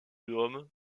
dôme